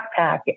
backpack